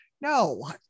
no